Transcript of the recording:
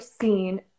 seen